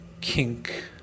kink